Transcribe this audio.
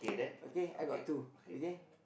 okay I got two okay